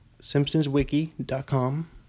Simpsonswiki.com